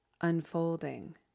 unfolding